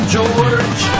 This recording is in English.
George